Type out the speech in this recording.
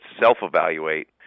self-evaluate